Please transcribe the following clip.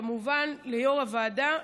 וכמובן ליו"ר הוועדה,